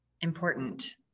important